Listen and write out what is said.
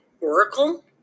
oracle